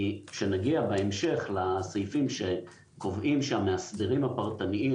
כי כשנגיע בהמשך לסעיפים שקובעים שהמאסדרים הפרטניים